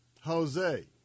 Jose